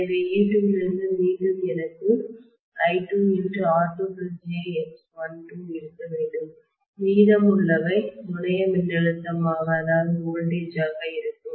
எனவே e2 இலிருந்து மீண்டும் எனக்கு I2R2jXl2 இருக்க வேண்டும் மீதமுள்ளவை முனைய மின்னழுத்தமாகவோல்டேஜ் ஆக இருக்கும்